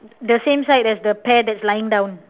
the same side as the pear that is lying down